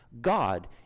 God